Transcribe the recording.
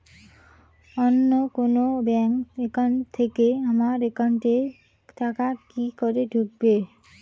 অন্য কোনো bank account থেকে আমার একাউন্ট এ টাকা কি করে ঢুকবে?